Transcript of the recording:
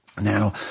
Now